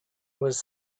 was